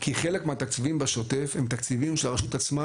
כי חלק מהתקציבים בשוטף הם תקציבים של הרשות עצמה,